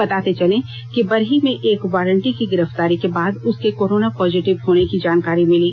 बताते चलें कि बरही में एक वारंटी की गिरफ्तारी के बाद उसके कोरोना पॉजिटिव होने की जानकारी मिली